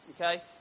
Okay